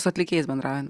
su atlikėjais bendraujant